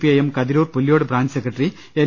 I M Kathirur Pullyode branch secretary N